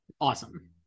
awesome